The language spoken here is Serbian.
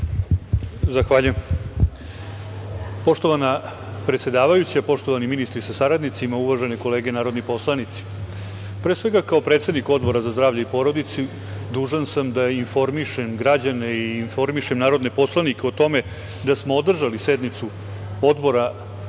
Zahvaljujem. Poštovana predsedavajuća, poštovani ministri sa saradnicima, uvažene kolege narodni poslanici, pre svega kao predsednik Odbora za zdravlje i porodicu dužan sam da informišem građane i informišem narodne poslanike o tome da smo održali sednicu Odbora